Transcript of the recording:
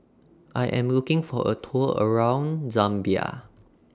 I Am looking For A Tour around Zambia